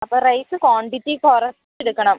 അപ്പം rice quantity കുറച്ച് എടുക്കണം